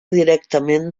directament